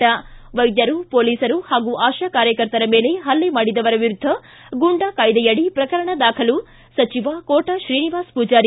V ವೈದ್ಯರು ಪೊಲೀಸರು ಹಾಗೂ ಆಶಾ ಕಾರ್ಯಕರ್ತರ ಮೇಲೆ ಹಲ್ಲೆ ಮಾಡಿದವರ ವಿರುದ್ದ ಗೂಂಡಾ ಕಾಯ್ದೆಯಡಿ ಪ್ರಕರಣ ದಾಖಲು ಸಚಿವ ಕೋಟ ಶ್ರೀನಿವಾಸ ಪೂಜಾರಿ